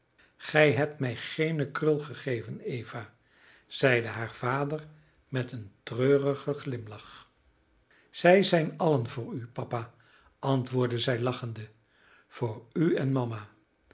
gij hebt mij geene krul gegeven eva zeide haar vader met een treurigen glimlach zij zijn allen voor u papa antwoordde zij lachende voor u en mama